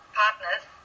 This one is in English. partners